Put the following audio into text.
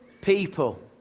people